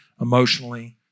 emotionally